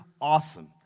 awesome